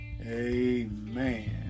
Amen